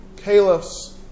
caliphs